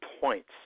points